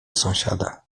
sąsiada